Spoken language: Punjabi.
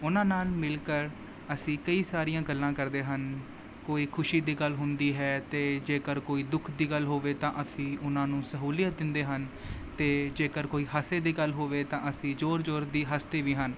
ਉਹਨਾਂ ਨਾਲ ਮਿਲ ਕਰ ਅਸੀਂ ਕਈ ਸਾਰੀਆਂ ਗੱਲਾਂ ਕਰਦੇ ਹਨ ਕੋਈ ਖੁਸ਼ੀ ਦੀ ਗੱਲ ਹੁੰਦੀ ਹੈ ਅਤੇ ਜੇਕਰ ਕੋਈ ਦੁੱਖ ਦੀ ਗੱਲ ਹੋਵੇ ਤਾਂ ਅਸੀਂ ਉਹਨਾਂ ਨੂੰ ਸਹੂਲੀਅਤ ਦਿੰਦੇ ਹਨ ਅਤੇ ਜੇਕਰ ਕੋਈ ਹਾਸੇ ਦੀ ਗੱਲ ਹੋਵੇ ਤਾਂ ਅਸੀਂ ਜੋਰ ਜੋਰ ਦੀ ਹੱਸਦੇ ਵੀ ਹਨ